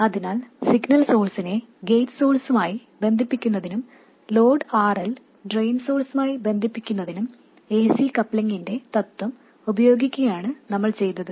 അതിനാൽ സിഗ്നൽ സോഴ്സിനെ ഗേറ്റ് സോഴ്സ്മായി ബന്ധിപ്പിക്കുന്നതിനും ലോഡ് RL ഡ്രെയിൻ സോഴ്സ്മായി ബന്ധിപ്പിക്കുന്നതിനും ac കപ്ലിംഗിന്റെ തത്വം ഉപയോഗിക്കുകയാണ് നമ്മൾ ചെയ്തത്